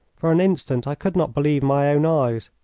for an instant i could not believe my own eyes.